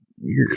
weird